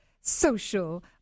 social